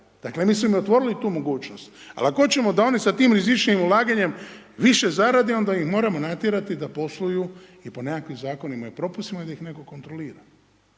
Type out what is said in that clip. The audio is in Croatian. Dakle, mi smo im otvorili tu mogućnost. Ali, ako hoćemo da oni sa tim rizičnijim ulaganjem više zarade, onda ih moramo natjerati da posluju i po nekakvim zakonima i propisima i da ih neko kontrolira.